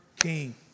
king